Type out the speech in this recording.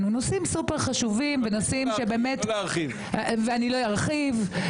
היות והאירוע העיקרי הוא לא אירוע בריאותי אלא אירוע של אלימות,